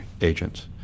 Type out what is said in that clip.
agents